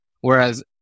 whereas